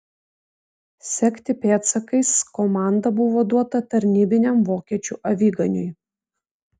sekti pėdsakais komanda buvo duota tarnybiniam vokiečių aviganiui